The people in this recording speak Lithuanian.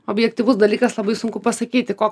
objektyvus dalykas labai sunku pasakyti ko